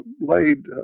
laid